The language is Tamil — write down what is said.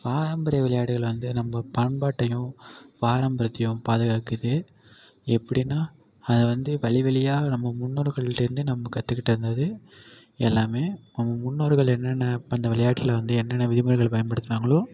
பாரம்பரிய விளையாட்டுகள் வந்து நம்ம பண்பாட்டையும் பாரம்பரியத்தையும் பாதுகாக்குது எப்படின்னா அதை வந்து வழி வழியா நம்ம முன்னோர்கள்கிட்டேருந்து நம்ம கற்றுக்கிட்டு வந்தது எல்லாமே நம்ம முன்னோர்கள் என்னென்ன அந்த விளையாட்டில் வந்து என்னென்ன விதிமுறைகள் பயன்படுத்துனாங்களோ